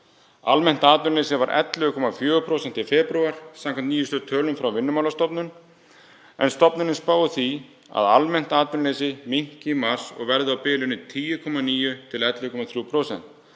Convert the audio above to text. Almennt atvinnuleysi var 11,4% í febrúar samkvæmt nýjustu tölum frá Vinnumálastofnun en stofnunin spáir því að almennt atvinnuleysi minnki í mars og verði á bilinu 10,9–11,3%.